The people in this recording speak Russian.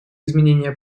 изменения